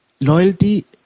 loyalty